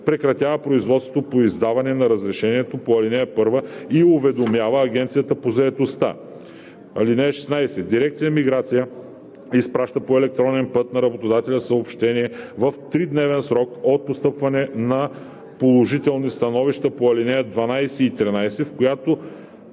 прекратява производството по издаване на разрешението по ал. 1 и уведомява Агенцията по заетостта. (16) Дирекция „Миграция“ изпраща по електронен път на работодателя съобщение в тридневен срок от постъпването на положителни становища по ал. 12 и 13, в което